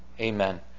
Amen